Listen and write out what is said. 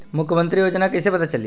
मुख्यमंत्री योजना कइसे पता चली?